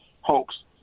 hoax